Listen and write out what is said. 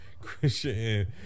Christian